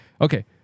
Okay